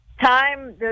time